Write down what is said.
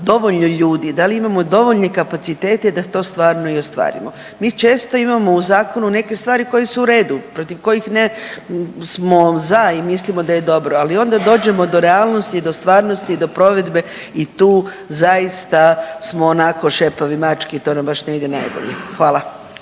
dovoljno ljudi, da li imamo dovoljne kapacitete da to stvarno i ostvarimo. Mi često imamo u zakonu neke stvari koje su u redu, protiv kojih ne, smo za i mislimo da je dobro, ali onda dođemo do realnosti i do stvarnosti i do provedbe i tu zaista smo onako šepavi mački i to nam baš ne ide najbolje. Hvala.